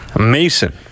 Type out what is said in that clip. Mason